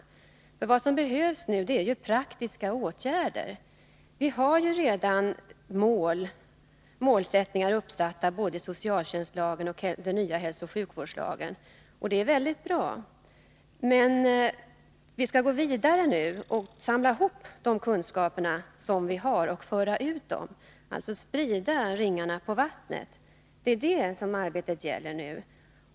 Vad som av sluten psykiabehövs nu är praktiska åtgärder, eftersom vi redan har mål uppsatta genom trisk vård socialtjänstlagen och den nya hälsooch sjukvårdslagen. Det är väldigt bra. Men nu skall vi samla ihop de kunskaper vi har och föra ut dessa, dvs. sprida ringarna på vattnet. Det är det som arbetet gäller nu.